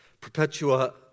Perpetua